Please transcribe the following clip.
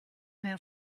mehr